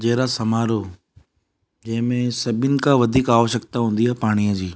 जहिड़ा समारोह जंहिंमें सभिनि खां वधीक आवश्यकता हूंदी आहे पाणीअ जी